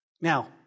Now